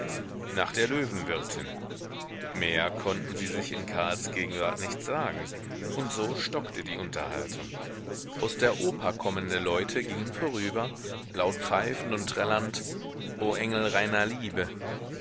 nach der löwenwirtin mehr konnten sie sich in karls gegenwart nicht sagen und so stockte die unterhaltung aus der oper kommende leute gingen vorüber laut pfeifend und trällernd o engel reiner liebe